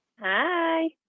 Hi